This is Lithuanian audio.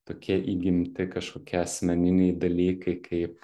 tokie įgimti kažkokie asmeniniai dalykai kaip